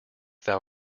thou